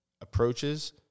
approaches